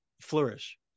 flourish